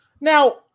Now